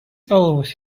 always